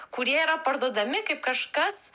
kurie yra parduodami kaip kažkas